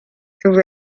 through